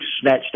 snatched